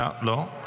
לא.